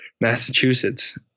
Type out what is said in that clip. Massachusetts